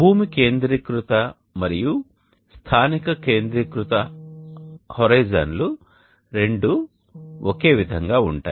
భూమి కేంద్రీకృత మరియు స్థానిక కేంద్రీకృత హోరిజోన్ లు రెండూ ఒకే విధంగా ఉంటాయి